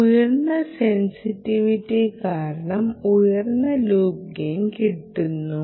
ഉയർന്ന സെൻസിറ്റിവിറ്റി കാരണം ഉയർന്ന ലൂപ്പ് ഗെയിൽ കിടുന്നു